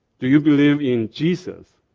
do you believe in jesus?